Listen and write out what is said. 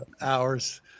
Hours